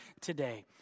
today